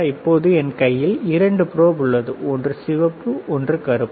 இப்பொழுது என் கையில் இரண்டு ப்ரொப் உள்ளது ஒன்று சிவப்பு ஒன்று கருப்பு